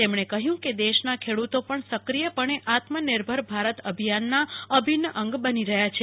તેમણે કહ્યું કે દેશના ખેડૂતો પણ સક્રિયપણે આત્મનિર્ભર ભારત અભિયાનના અભિન્ન અંગ બનીરહ્યા છે